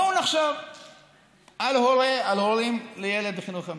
בואו נחשוב על הורים לילד בחינוך המיוחד.